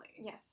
Yes